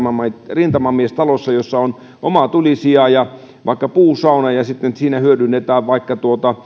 rintamiestalossa jossa on oma tulisija ja vaikka puusauna ja sitten hyödynnetään vaikka